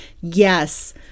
Yes